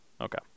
Okay